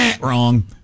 Wrong